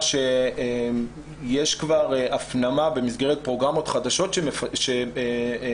יש כבר הפנמה במסגרת פרוגרמות חדשות שמקדמים,